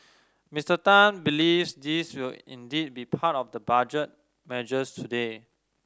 Mister Tan believes these will indeed be part of the budget measures today